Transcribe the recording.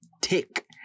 tick